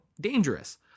dangerous